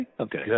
Okay